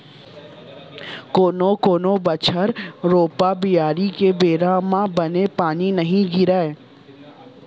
कोनो कोनो बछर रोपा, बियारी के बेरा म बने पानी नइ गिरय